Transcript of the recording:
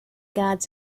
guards